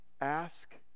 ask